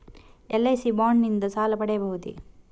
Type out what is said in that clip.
LIC bond ನಿಂದ ಸಾಲ ಪಡೆಯಬಹುದೇ?